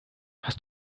hast